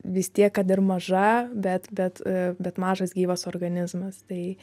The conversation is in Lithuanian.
vis tiek kad ir maža bet bet bet mažas gyvas organizmas tai